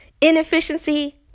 inefficiency